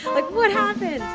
like, what happened?